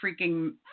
freaking